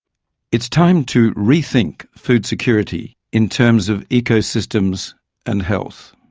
it's time to rethink food security in terms of ecosystems and health.